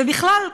ובכלל,